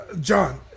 John